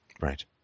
Right